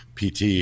PT